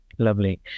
Lovely